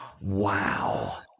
Wow